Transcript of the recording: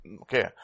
Okay